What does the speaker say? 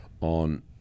on